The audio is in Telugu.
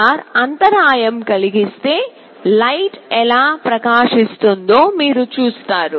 LDR అంతరాయం కలిగిస్తే లైట్ ఎలా ప్రకాశిస్తుందో మీరు చూస్తారు